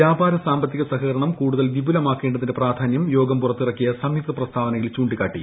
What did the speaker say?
വ്യാപാര സാമ്പത്തിക സഹകരണം കൂടുതൽ വിപുലമാക്കേണ്ടതിന്റെ പ്രാധാന്യം യോഗം പുറത്തിറക്കിയ സംയുക്ത പ്രസ്താവനയിൽ ചൂണ്ടിക്കാട്ടി